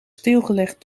stilgelegd